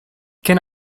can